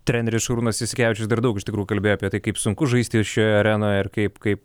treneris šarūnas jasikevičius dar daug iš tikrųjų kalbėjo apie tai kaip sunku žaisti šioje arenoje ir kaip kaip